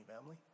family